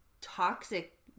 toxic